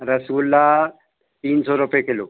रसगुल्ला तीन सौ रुपए किलो